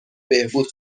بهبود